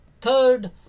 Third